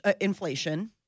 inflation